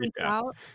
out